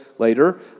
later